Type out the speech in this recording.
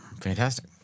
fantastic